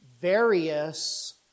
various